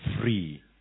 free